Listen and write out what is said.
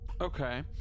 Okay